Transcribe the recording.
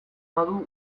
badu